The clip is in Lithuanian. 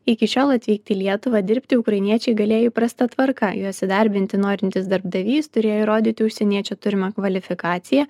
iki šiol atvykti į lietuvą dirbti ukrainiečiai galėjo įprasta tvarka juos įdarbinti norintis darbdavys turėjo įrodyti užsieniečio turimą kvalifikaciją